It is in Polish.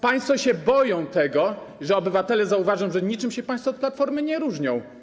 Państwo się boją tego, że obywatele zauważą, że niczym się państwo od Platformy nie różnią.